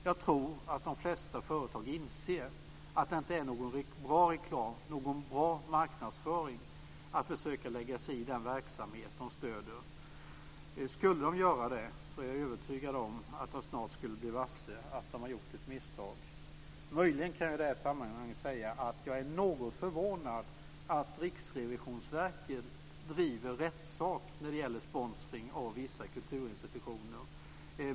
Jag tror att de flesta företag inser att det inte är någon bra reklam, marknadsföring, att försöka lägga sig i den verksamhet som de stöder. Om de skulle göra det är jag övertygad om att de snart skulle bli varse att de har gjort ett misstag. Möjligen kan jag i det här sammanhanget säga att jag är något förvånad över att Riksskatteverket gör rättssak när det gäller sponsring av vissa kulturinstitutioner.